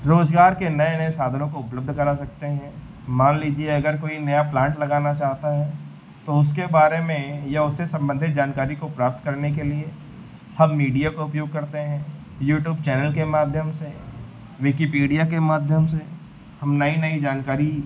रोज़गार के नए नए साधनों को उपलब्ध करा सकते हैं मान लीजिए अगर कोई नया प्लान्ट लगाना चाहता है तो उसके बारे में या उससे सम्बन्धित जानकारी को प्राप्त करने के लिए हम मीडिया का उपयोग करते हैं यूट्यूब चैनल के माध्यम से विकिपीडिया के माध्यम से हम नई नई जानकारी